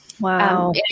Wow